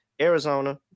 Arizona